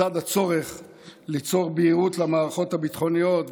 לצד הצורך ליצור בהירות למערכות הביטחוניות,